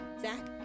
Zach